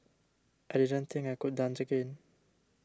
I didn't think I could dance again